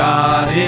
God